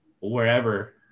wherever